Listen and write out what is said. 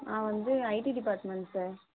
நான் வந்து IT department sir